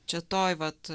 čia toj vat